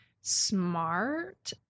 smart